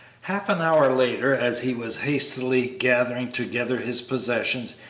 half an hour later, as he was hastily gathering together his possessions,